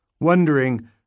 Wondering